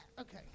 Okay